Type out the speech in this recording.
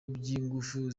by’ingufu